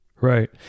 Right